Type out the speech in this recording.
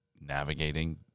navigating